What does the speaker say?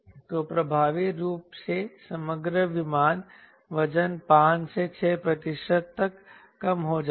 तो प्रभावी रूप से समग्र विमान वजन 5 से 6 प्रतिशत तक कम हो जाएगा